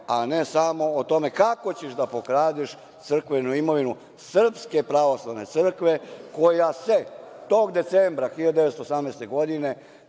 a ne samo o tome kako ćeš da pokradeš crkvenu imovinu Srpske pravoslavne crkve, koja se tog decembra 1918. godine